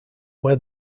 where